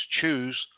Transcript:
choose